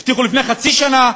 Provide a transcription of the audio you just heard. הבטיחו לפני חצי שנה,